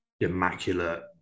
immaculate